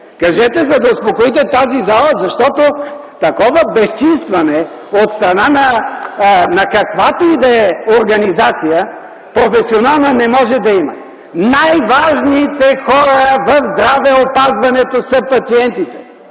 Кажете, за да успокоите тази зала, защото такова безчинстване от страна на каквато и да е професионална организация не може да има. Най-важните хора в здравеопазването са пациентите.